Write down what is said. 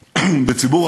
מכולנו.